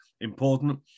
important